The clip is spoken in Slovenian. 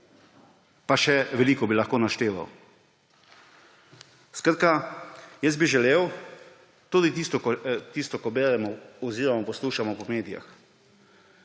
pa še veliko bi lahko našteval. Skratka, jaz bi želel tudi tisto, kar beremo oziroma poslušamo po medijih.